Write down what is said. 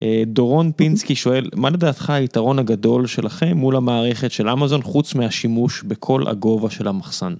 דורון פינסקי שואל מה לדעתך היתרון הגדול שלכם מול המערכת של אמזון חוץ מהשימוש בכל הגובה של המחסן?